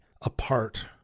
apart